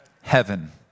Heaven